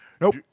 Nope